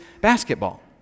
basketball